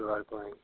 सोमवार को आएँगे